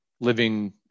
living